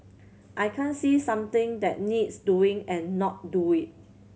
I can't see something that needs doing and not do it